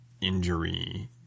injury